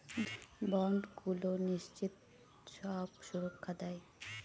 বন্ডগুলো নিশ্চিত সব সুরক্ষা দেয়